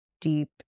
deep